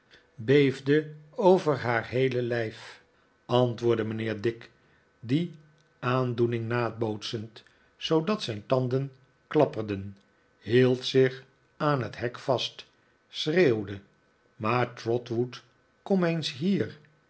over haar heele lijf antwoordde mijnheer dick die aandoening nabootsend zoodat zijn tanden klapperden hield zich aan het hek vast schreeuwde maar trotwood kom eens hier